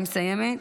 אני מסיימת.